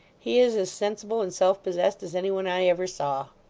he is as sensible and self-possessed as any one i ever saw